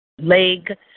leg